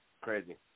crazy